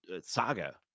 saga